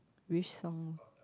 which song